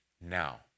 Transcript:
Now